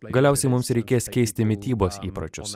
galiausiai mums reikės keisti mitybos įpročius